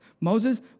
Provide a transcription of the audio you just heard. Moses